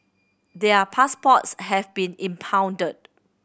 their passports have been impounded